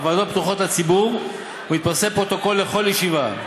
הוועדות פתוחות לציבור ומתפרסם פרוטוקול לכל ישיבה.